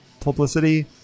publicity